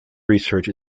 research